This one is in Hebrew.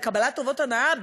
בקבלת טובות הנאה,